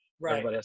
Right